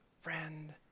friend